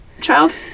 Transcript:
child